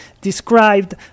described